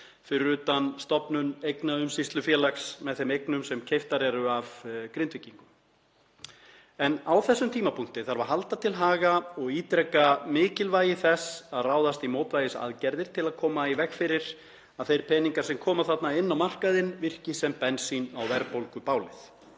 fyrir utan stofnun eignaumsýslufélags með þeim eignum sem keyptar eru af Grindvíkingum. En á þessum tímapunkti þarf að halda til haga og ítreka mikilvægi þess að ráðast í mótvægisaðgerðir til að koma í veg fyrir að þeir peningar sem koma þarna inn á markaðinn virki sem bensín á verðbólgubálið.